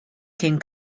came